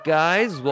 guys